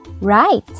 Right